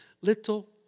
Little